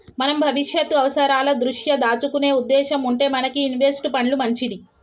మనం భవిష్యత్తు అవసరాల దృష్ట్యా దాచుకునే ఉద్దేశం ఉంటే మనకి ఇన్వెస్ట్ పండ్లు మంచిది